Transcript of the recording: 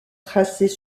tracés